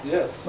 Yes